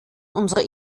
unserer